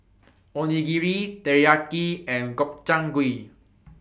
Onigiri Teriyaki and Gobchang Gui